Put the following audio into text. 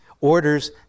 orders